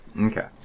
Okay